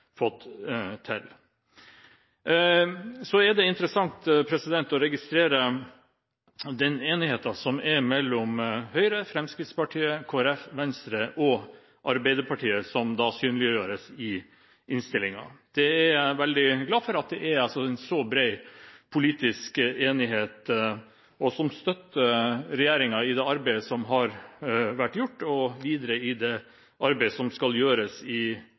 Det er interessant å registrere den enigheten som er mellom Høyre, Fremskrittspartiet, Kristelig Folkeparti, Venstre og Arbeiderpartiet, som synliggjøres i innstillingen. Jeg er veldig glad for at det er en så bred politisk enighet, som støtter regjeringen i det arbeidet som har vært gjort, og videre i det arbeidet som skal gjøres i